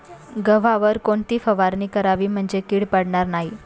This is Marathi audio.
गव्हावर कोणती फवारणी करावी म्हणजे कीड पडणार नाही?